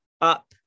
up